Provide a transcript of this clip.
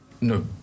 no